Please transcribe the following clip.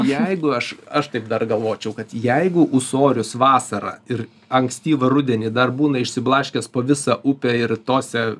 jeigu aš aš taip dar galvočiau kad jeigu ūsorius vasarą ir ankstyvą rudenį dar būna išsiblaškęs po visą upę ir tose